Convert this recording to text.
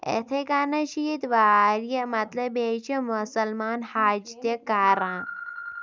اِتھٕے کٔنۍ چھِ ییٚتہِ واریاہ مطلب بیٚیہِ چھِ مُسلمان حج تہِ کَران